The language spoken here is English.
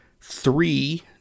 three